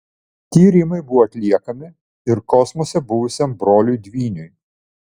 tyrimai buvo atliekami ir kosmose buvusiam broliui dvyniui